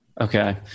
Okay